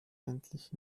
endlich